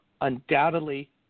undoubtedly